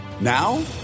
Now